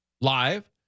live